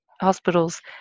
hospitals